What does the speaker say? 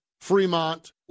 Fremont